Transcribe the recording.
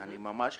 בוודאי.